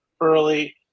early